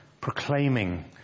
proclaiming